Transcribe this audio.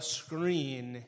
screen